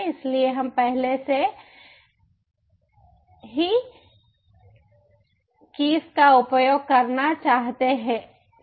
इसलिए हम पहले से ही कीस का उपयोग करना चाहते हैं